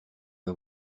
vas